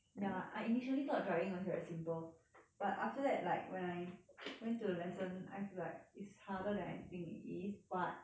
ya I initially thought driving was very simple but after that like when I went to the lesson I feel like it's harder than I think it is but